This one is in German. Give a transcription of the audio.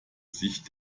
sich